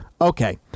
Okay